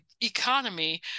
economy